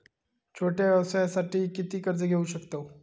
छोट्या व्यवसायासाठी किती कर्ज घेऊ शकतव?